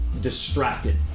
distracted